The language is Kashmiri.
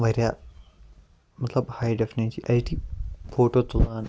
واریاہ مطلب ہاے ڈِفنِچ اٮ۪چ ڈی فوٹو تُلان